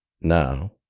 Now